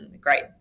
great